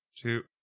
Two